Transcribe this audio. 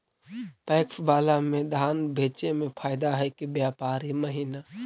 PACS बाला में धान बेचे मे फायदा है कि व्यापारी महिना?